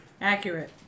Accurate